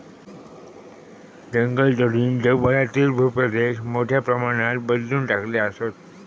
जंगलतोडीनं जगभरातील भूप्रदेश मोठ्या प्रमाणात बदलवून टाकले आसत